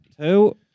two